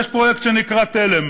יש פרויקט שנקרא תל"מ